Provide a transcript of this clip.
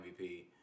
MVP